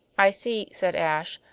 i see, said ashe,